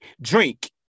drink